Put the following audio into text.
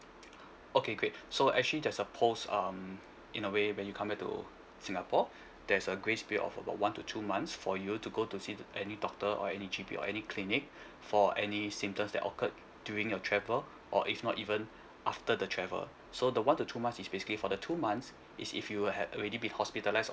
okay great so actually there's a post um in a way when you come back to singapore there's a grace period of about one to two months for you to go to see the any doctor or any G_P or any clinic for any symptoms that occurred during your travel or if not even after the travel so the one to two months is basically for the two months is if you had already be hospitalised or